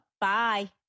Bye